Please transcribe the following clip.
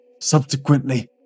Subsequently